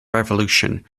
revolution